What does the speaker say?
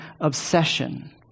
obsession